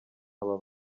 aba